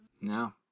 No